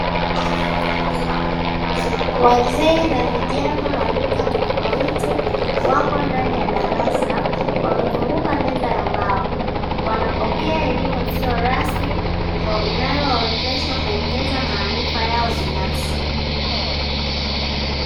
Wazee na vijana wa rika tofauti wako ndani ya darasa wamezunguka meza ya mbao. Wanapokea elimu isiyo rasmi inayowawezesha kuongeza maarifa yao binafsi.